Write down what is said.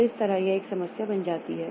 तो इस तरह यह एक समस्या बन जाती है